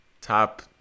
Top